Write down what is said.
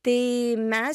tai mes